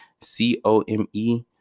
C-O-M-E